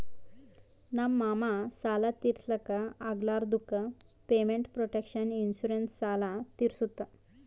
ನಮ್ ಮಾಮಾ ಸಾಲ ತಿರ್ಸ್ಲಕ್ ಆಗ್ಲಾರ್ದುಕ್ ಪೇಮೆಂಟ್ ಪ್ರೊಟೆಕ್ಷನ್ ಇನ್ಸೂರೆನ್ಸ್ ಸಾಲ ತಿರ್ಸುತ್